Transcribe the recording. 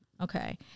Okay